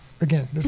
Again